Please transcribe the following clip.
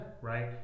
right